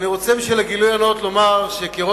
בשביל הגילוי הנאות אני רוצה לומר שכראש